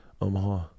Omaha